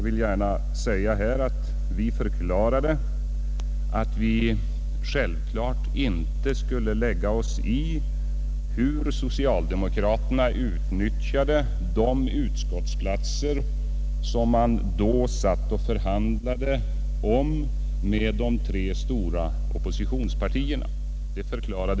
Vi förklarade uttryckligen vid bordet att vi självfallet inte skulle lägga oss i hur socialdemokraterna utnyttjade de utskottsplatser som de då förhandlade om med de tre stora oppositionspartierna.